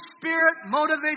Spirit-motivated